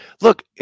look